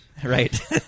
Right